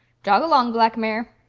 jog along, black mare.